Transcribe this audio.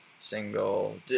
single